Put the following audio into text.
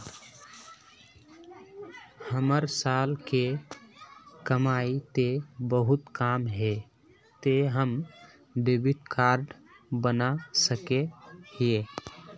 हमर साल के कमाई ते बहुत कम है ते हम डेबिट कार्ड बना सके हिये?